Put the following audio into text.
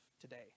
today